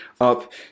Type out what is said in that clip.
up